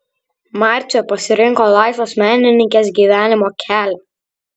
marcė pasirinko laisvos menininkės gyvenimo kelią